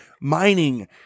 mining